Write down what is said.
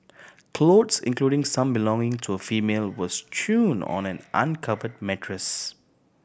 clothes including some belonging to a female were strewn on an uncovered mattress